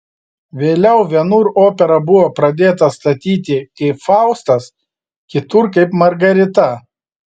vėliau vienur opera buvo pradėta statyti kaip faustas kitur kaip margarita